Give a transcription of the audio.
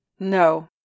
No